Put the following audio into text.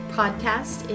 podcast